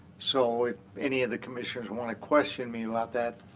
so if any of the commissioners want to question me about that,